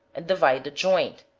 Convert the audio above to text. and divide the joint,